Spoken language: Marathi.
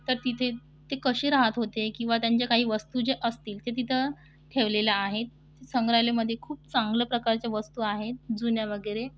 तर तिथे ते कसे राहत होते किंवा त्यांच्या काही वस्तू जे असतील ते तिथं ठेवलेलं आहे संग्रहालयामध्ये खूप चांगल्या प्रकारच्या वस्तू आहेत जुन्या वगैरे